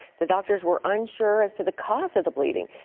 the doctors were unsure as to the cause of the bleeding.